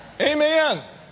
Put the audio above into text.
Amen